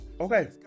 Okay